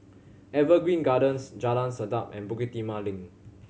Evergreen Gardens Jalan Sedap and Bukit Timah Link